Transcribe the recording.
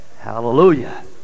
Hallelujah